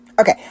Okay